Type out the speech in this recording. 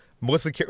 Melissa